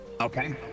Okay